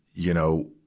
you know,